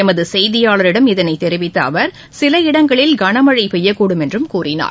எமது செய்தியாளிடம் இதனைத் தெரிவித்த அவர் சில இடங்களில் கனமழை பெய்யக்கூடும் என்றும் கூறினார்